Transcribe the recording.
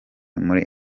muri